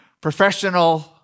professional